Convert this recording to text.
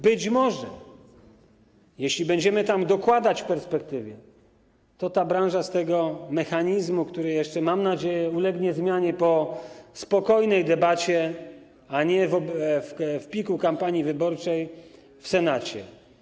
Być może, jeśli będziemy tam dokładać perspektywy, to ta branża z tego mechanizmu, który jeszcze, mam nadzieję, ulegnie zmianie po spokojnej debacie, a nie w piku kampanii wyborczej, w Senacie.